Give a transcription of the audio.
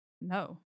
no